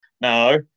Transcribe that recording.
No